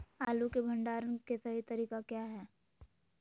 आलू के भंडारण के सही तरीका क्या है?